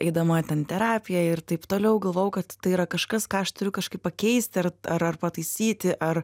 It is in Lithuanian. eidama ten terapiją ir taip toliau galvojau kad tai yra kažkas ką aš turiu kažkaip pakeisti ar ar ar pataisyti ar